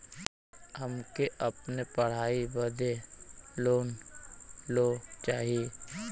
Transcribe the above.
हमके अपने पढ़ाई बदे लोन लो चाही?